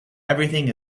everything